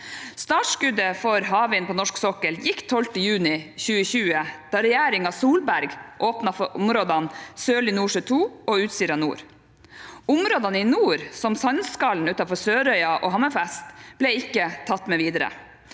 Startskuddet for havvind på norsk sokkel gikk 12. juni 2020, da regjeringen Solberg åpnet for områdene Sørlige Nordsjø II og Utsira Nord. Områdene i nord, som Sandskallen utenfor Sørøya og Hammerfest, ble ikke tatt med videre.